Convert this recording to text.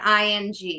ing